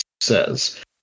says